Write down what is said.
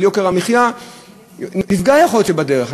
שבגלל יוקר המחיה יכול להיות מפגע בדרך.